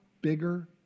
bigger